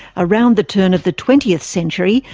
around the turn of the twentieth century,